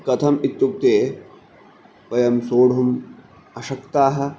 कथम् इत्युक्ते वयं सोढुम् अशक्ताः